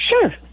Sure